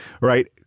right